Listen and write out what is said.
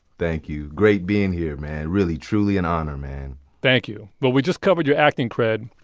thank you, great being here, man really, truly an honor, man thank you. well, we just covered your acting cred,